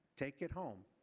take it home.